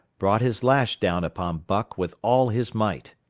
brought his lash down upon buck with all his might.